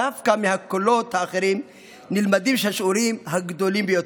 דווקא מהקולות האחרים נלמדים השיעורים הגדולים ביותר.